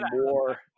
more